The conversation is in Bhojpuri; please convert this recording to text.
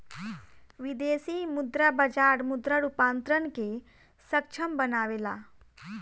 विदेशी मुद्रा बाजार मुद्रा रूपांतरण के सक्षम बनावेला